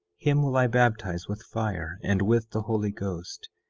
him will i baptize with fire and with the holy ghost,